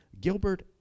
Gilbert